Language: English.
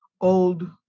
old